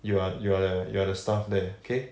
you are you are the you are the staff there okay